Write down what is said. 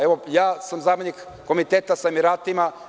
Evo, ja sam zamenik Komiteta sa Emiratima.